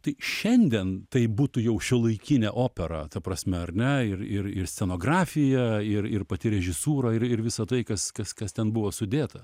tai šiandien tai būtų jau šiuolaikinė opera ta prasme ar ne ir ir ir scenografija ir ir pati režisūra ir ir visa tai kas kas kas ten buvo sudėta